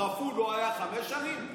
רפול לא היה חמש שנים?